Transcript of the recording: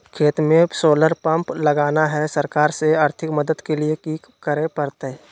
खेत में solar pump लगाना है, सरकार से आर्थिक मदद के लिए की करे परतय?